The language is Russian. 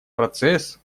процесс